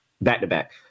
back-to-back